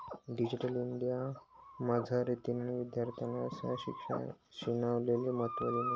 digital India मझारतीन विद्यार्थीस्ना शिक्षणले महत्त्व देवायनं